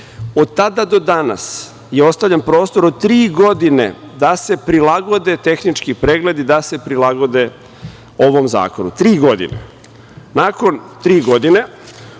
Od tada do danas je ostavljen prostor od tri godine da se prilagode tehnički pregledi da se prilagode ovom zakonu. Tri godine. Nakon tri godine